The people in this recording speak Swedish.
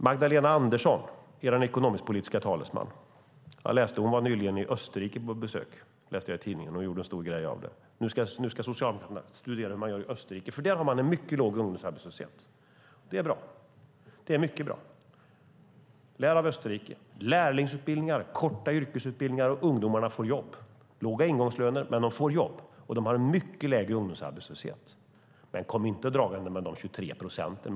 Magdalena Andersson, er ekonomisk-politiska talesperson, var nyligen i Österrike på besök, läste jag i tidningen. Hon gjorde en stor grej av det. Nu ska Socialdemokraterna studera hur man gör i Österrike, för där har man en mycket låg ungdomsarbetslöshet. Det är bra, mycket bra. Lär av Österrike! Där har man lärlingsutbildningar och korta yrkesutbildningar, och ungdomarna får jobb. Det är låga ingångslöner, men de får jobb. De har en mycket lägre ungdomsarbetslöshet. Kom inte dragande med de 23 procenten!